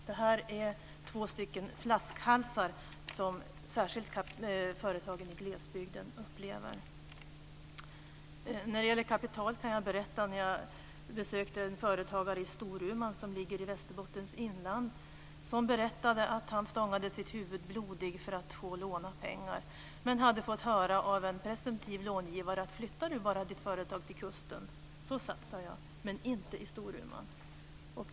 Detta är två flaskhalsar som särskilt företagen i glesbygden upplever. Jag besökte en företagare i Storuman som ligger i Västerbottens inland. Han berättade att han stångade sitt huvud blodigt för att få låna pengar. Han hade fått höra av en presumtiv långivare att om han flyttade sitt företag till kusten skulle han satsa, men inte i Storuman.